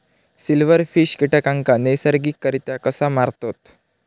Silverfish कीटकांना नैसर्गिकरित्या कसा मारतत?